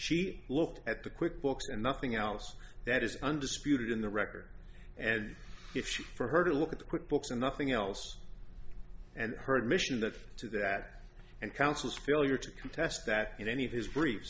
she looked at the quick books and nothing else that is undisputed in the record and if she for her to look at the quick books and nothing else and her admission that to that and counsel's failure to contest that in any of his brief